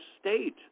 state